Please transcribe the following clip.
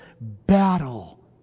battle